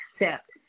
accept